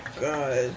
god